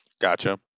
Gotcha